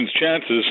chances